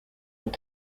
and